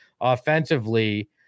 offensively